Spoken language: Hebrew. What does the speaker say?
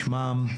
בשמם.